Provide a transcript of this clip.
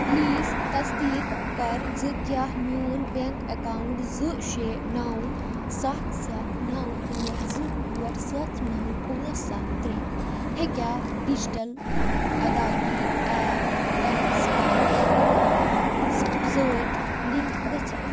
please تصدیٖق کَر زٕ کیٛاہ میون بینٛک اٮ۪کاوُنٛٹ زٕ شےٚ نَو سَتھ سَتھ نَو ٲٹھ زٕ ٲٹھ سَتھ نَو پانٛژھ سَتھ ترٛےٚ ہیٚکیٛا ڈِجِیٹل ادایگی ایپ ایٚم سٕوایپ سۭتۍ لِنٛک گٔژھِتھ